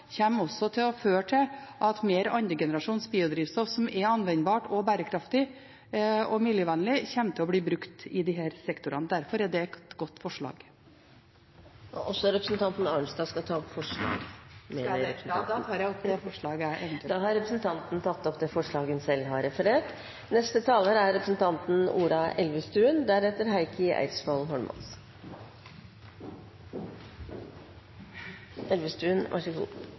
til å føre til at mer andregenerasjons biodrivstoff, som er anvendbart, bærekraftig og miljøvennlig, kommer til å bli brukt i disse sektorene. Derfor er det et godt forslag. Skal representanten ta opp forslag? Ja, jeg tar opp forslag nr. 7. Representanten Marit Arnstad har tatt opp det forslaget hun refererte til. Som flere har tatt opp,